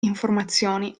informazioni